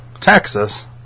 Texas